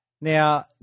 Now